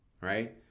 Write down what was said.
right